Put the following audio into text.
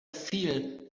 feel